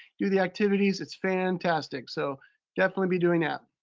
do the activities, it's fantastic. so definitely be doing that.